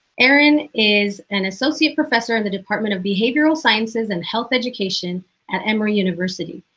aaron is an associate professor in the department of behavioral sciences and health education at emory university.